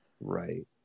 right